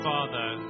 Father